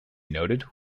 noted